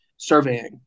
surveying